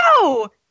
No